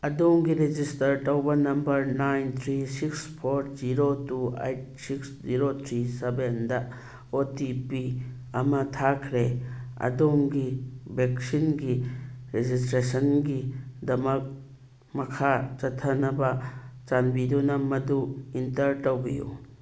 ꯑꯗꯣꯝꯒꯤ ꯔꯦꯖꯤꯁꯇꯔ ꯇꯧꯕ number nine three six four zero two eight six zero three seven O T P ꯑꯃ ꯊꯥꯈ꯭ꯔꯦ ꯑꯗꯣꯝꯒꯤ ꯚꯦꯛꯁꯤꯟꯒꯤ ꯔꯦꯖꯤꯁꯇ꯭ꯔꯦꯁꯟꯒꯤꯗꯃꯛ ꯃꯈꯥ ꯆꯠꯊꯅꯕ ꯆꯥꯟꯕꯤꯗꯨꯅ ꯃꯗꯨ ꯏꯟꯇꯔ ꯇꯧꯕꯤꯌꯨ